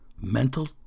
Mental